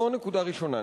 זו נקודה ראשונה.